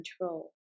control